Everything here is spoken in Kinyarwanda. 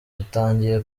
atangiye